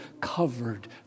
covered